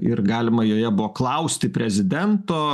ir galima joje buvo klausti prezidento